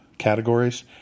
categories